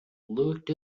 looked